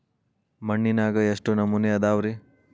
ಮಣ್ಣಿನಾಗ ಎಷ್ಟು ನಮೂನೆ ಅದಾವ ರಿ?